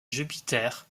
jupiter